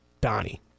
Donnie